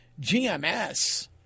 GMS